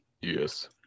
Yes